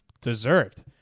deserved